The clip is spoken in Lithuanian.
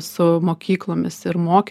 su mokyklomis ir moki